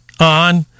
on